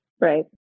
right